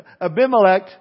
Abimelech